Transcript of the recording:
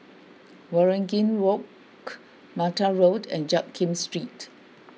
Waringin Walk Mattar Road and Jiak Kim Street